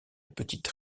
petite